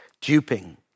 duping